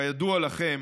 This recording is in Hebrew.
כידוע לכם,